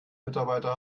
mitarbeiter